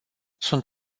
sunt